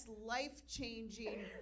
life-changing